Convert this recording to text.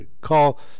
call